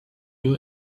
you